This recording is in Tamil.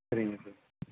சரிங்க சார்